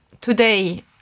today